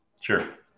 Sure